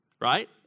right